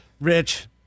Rich